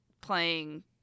playing